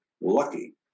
lucky